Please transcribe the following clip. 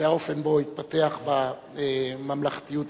והאופן שבו הוא התפתח בממלכתיות הישראלית.